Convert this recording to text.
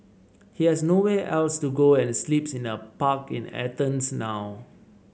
he has nowhere else to go and sleeps in a park in Athens now